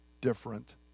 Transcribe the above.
different